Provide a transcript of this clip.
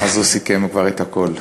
אז הוא סיכם כבר את הכול.